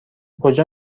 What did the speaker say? کجا